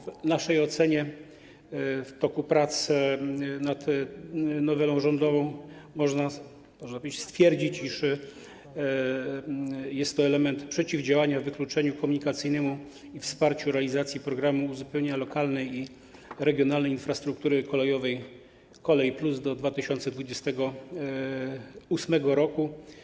W naszej ocenie, w toku prac nad nowelą rządową, można stwierdzić, iż jest to element przeciwdziałania wykluczeniu komunikacyjnemu i wsparcia realizacji programu uzupełnienia lokalnej i regionalnej infrastruktury kolejowej „Kolej+” do 2028 r.